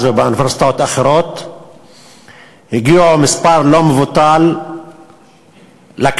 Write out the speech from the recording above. ובאוניברסיטאות אחרות הגיעו מספר לא מבוטל לכנסת.